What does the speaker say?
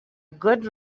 good